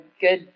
good